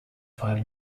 five